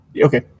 Okay